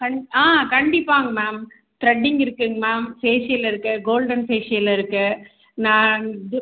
கண் ஆ கண்டிப்பாங்க மேம் திரெட்டிங் இருக்குங்க மேம் ஃபேஷியல் இருக்குது கோல்டன் ஃபேஷியல் இருக்குது நான் இது